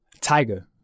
tiger